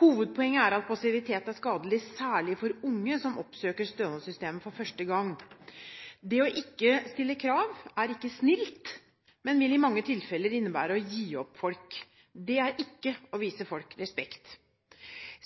Hovedpoenget er at passivitet er skadelig, særlig for unge som oppsøker stønadssystemet for første gang. Det å ikke stille krav er ikke snilt, men vil i mange tilfeller innebære å gi opp folk. Det er ikke å vise folk respekt.